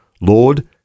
Lord